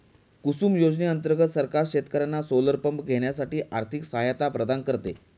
कुसुम योजने अंतर्गत सरकार शेतकर्यांना सोलर पंप घेण्यासाठी आर्थिक सहायता प्रदान करते